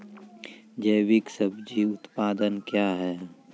जैविक सब्जी उत्पादन क्या हैं?